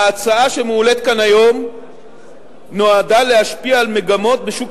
ההצעה שמועלית כאן היום נועדה להשפיע על מגמות בשוק